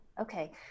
Okay